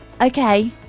Okay